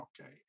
okay